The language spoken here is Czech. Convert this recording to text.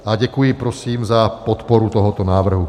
A děkuji prosím za podporu tohoto návrhu.